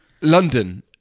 London